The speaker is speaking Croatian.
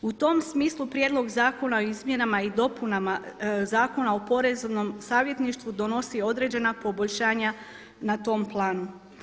U tom smislu Prijedlog zakona o izmjenama i dopunama Zakona o poreznom savjetništvu donosi određena poboljšanja na tom planu.